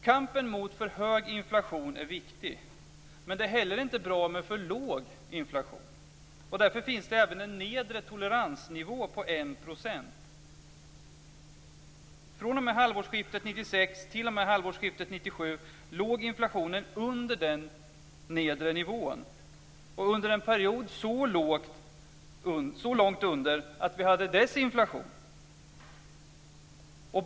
Kampen mot för hög inflation är viktig. Men det är heller inte bra med för låg inflation. Därför finns det även en nedre toleransnivå på 1 %. fr.o.m. halvårsskiftet 1996 t.o.m. halvårsskiftet 1997 låg inflationen under den nedre nivån och under en period så långt under att vi hade desinflation.